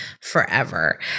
forever